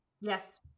Yes